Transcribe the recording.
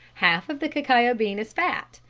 half of the cacao bean is fat,